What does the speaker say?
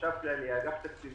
חשב כללי, אגף